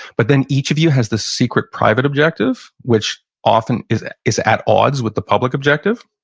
but then each of you has this secret private objective, which often is is at odds with the public objective.